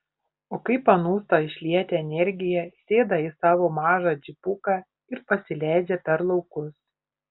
o kai panūsta išlieti energiją sėda į savo mažą džipuką ir pasileidžia per laukus